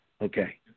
Okay